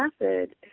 method